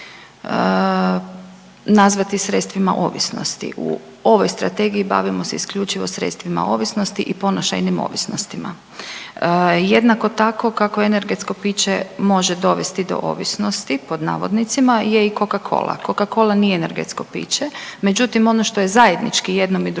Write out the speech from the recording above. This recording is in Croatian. nazvati sredstvima ovisnosti. U ovoj strategiji bavimo se isključivo sredstvima ovisnosti i ponašajnim ovisnostima. Jednako tako kako energetsko piće može dovesti do ovisnosti pod navodnicima je i Coca-cola. Coca-cola nije energetsko piće, međutim ono što je zajednički jednom i drugom